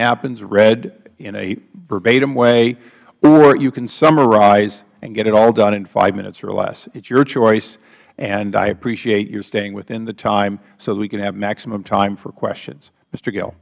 happens read in a verbatim way or you can summarize and get it all done in five minutes or less it is your choice and i appreciate your staying within the time so that we can have maximum time for questions